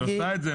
היא עושה את זה.